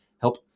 help